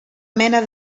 mena